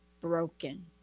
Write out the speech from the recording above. broken